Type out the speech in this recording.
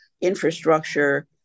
infrastructure